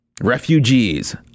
Refugees